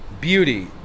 beauty